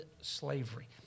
slavery